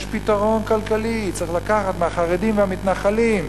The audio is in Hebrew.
יש פתרון כלכלי: צריך לקחת מהחרדים ומהמתנחלים.